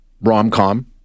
rom-com